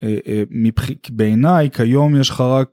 מבחינת.. בעיניי כיום יש חרק